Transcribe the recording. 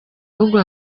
ahubwo